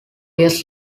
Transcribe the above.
years